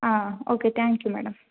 um okay thank you madam